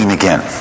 again